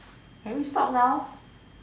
can we stop now